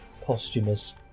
posthumous